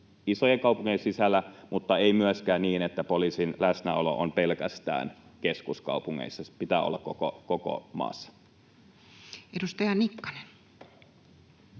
isojen kaupunkien sisällä mutta ei myöskään niin, että poliisin läsnäolo on pelkästään keskuskaupungeissa. Sen pitää olla koko maassa. Edustaja Nikkanen.